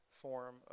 form